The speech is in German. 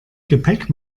gepäck